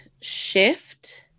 shift